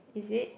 is it